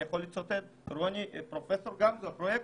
אני יכול לצטט את הפרויקטור פרופ' רוני גמזו מודה: